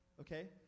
okay